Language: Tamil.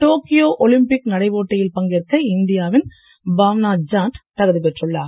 டோக்கியோ ஒலிம்பிக் நடைப் போட்டியில் பங்கேற்க இந்தியாவின் பாவனா ஜாட் தகுதி பெற்றுள்ளார்